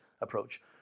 approach